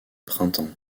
printemps